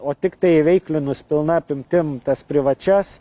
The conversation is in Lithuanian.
o tiktai įveiklinus pilna apimtim tas privačias